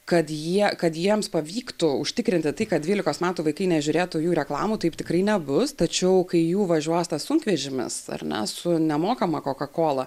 kad jie kad jiems pavyktų užtikrinti tai kad dvylikos metų vaikai nežiūrėtų jų reklamų taip tikrai nebus tačiau kai jų važiuos tas sunkvežimis ar ne su nemokama koka kola